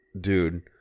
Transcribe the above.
dude